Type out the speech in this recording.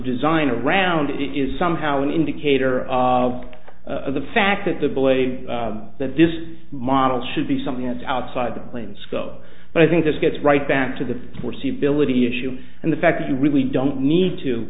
design around is somehow an indicator of the fact that the bill a that this model should be something that's outside the plane sco but i think this gets right back to the foreseeability issue and the fact that you really don't need to